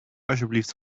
alsjeblieft